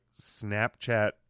Snapchat